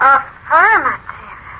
Affirmative